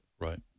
Right